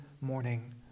morning